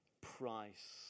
price